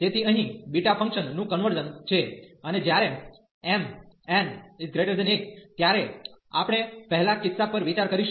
તેથી અહીં beta function નું કન્વર્ઝન છે અને જ્યારે mn≥1 ત્યારે આપણે પહેલા કિસ્સા પર વિચાર કરીશું